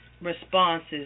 responses